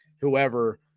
whoever